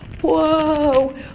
whoa